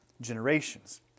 generations